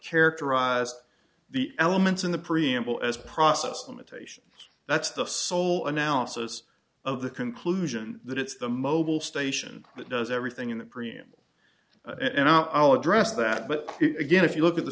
characterized the elements in the preamble as process them a tape that's the sole analysis of the conclusion that it's the mobile station that does everything in the preamble and i'll address that but again if you look at the